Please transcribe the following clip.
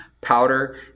Powder